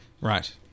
Right